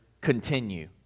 continue